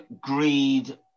Greed